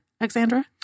Alexandra